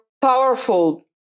powerful